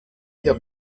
der